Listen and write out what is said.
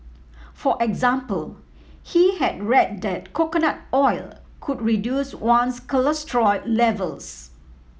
for example he had read that coconut oil could reduce one's cholesterol levels